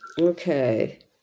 okay